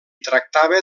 tractava